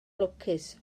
lwcus